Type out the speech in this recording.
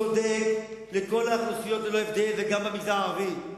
צודק, לכל האוכלוסיות, ללא הבדל, וגם במגזר הערבי.